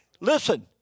Listen